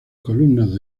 columnas